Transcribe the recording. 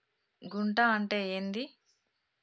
గుంట అంటే ఏంది?